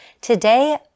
Today